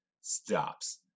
stops